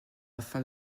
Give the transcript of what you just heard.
afin